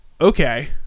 Okay